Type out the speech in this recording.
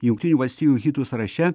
jungtinių valstijų hitų sąraše